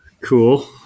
Cool